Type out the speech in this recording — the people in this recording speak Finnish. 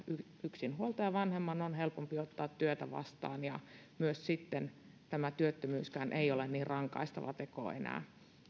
yksinhuoltajavanhemman on helpompi ottaa työtä vastaan ja työttömyyskään ei ole niin rangaistava teko enää